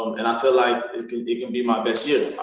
um and i feel like it can it can be my best year.